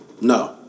No